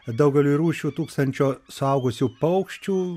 daugeliui rūšių tūkstančio suaugusių paukščių